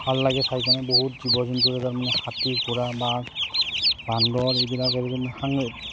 ভাল লাগে চাইকেনে বহুত জীৱ জন্তুৰে তাৰমানে হাতী ঘোঁৰা বাঘ বান্দৰ এইবিলাকে